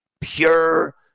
pure